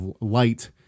light